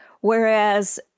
Whereas